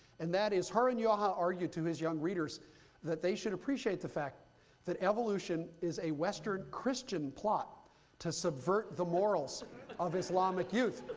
and that is harun yahya argued to his young readers that they should appreciate the fact that evolution is a western christian plot to subvert the morals of islamic youth.